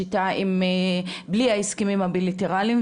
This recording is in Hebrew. שיטה בלי ההסכמים הבילטרליים,